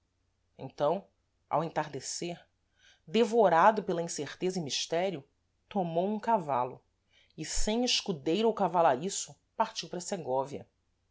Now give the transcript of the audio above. então ao entardecer devorado pela incerteza e mistério tomou um cavalo e sem escudeiro ou cavalariço partiu para